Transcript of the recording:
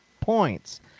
points